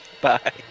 bye